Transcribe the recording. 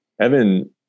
Evan